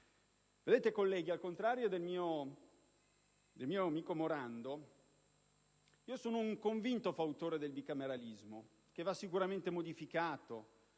Vedete, colleghi, al contrario del mio amico senatore Morando, sono un convinto fautore del bicameralismo, che va sicuramente modificato